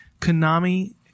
Konami